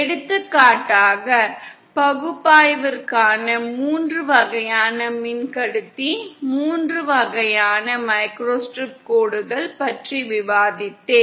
எடுத்துக்காட்டாக பகுப்பாய்விற்கான மூன்று வகையான மின்கடத்தி மூன்று வகையான மைக்ரோஸ்ட்ரிப் கோடுகள் பற்றி விவாதித்தேன்